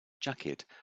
jacket